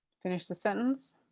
finish the sentence.